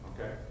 Okay